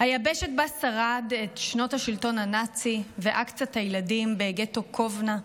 היבשת שבה שרד את שנות השלטון הנאצי ואקציית הילדים בגטו קובנה,